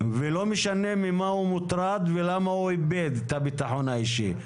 ולא משנה ממה הוא מוטרד ולמה הוא איבד את הביטחון האישי.